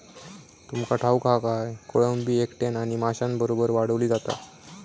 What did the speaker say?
तुमका ठाऊक हा काय, कोळंबी एकट्यानं आणि माशांबरोबर वाढवली जाता